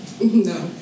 No